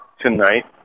tonight